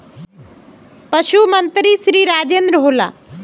पशुपालन मंत्री श्री राजेन्द्र होला?